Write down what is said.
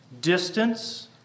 distance